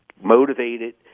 motivated